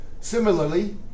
Similarly